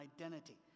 identity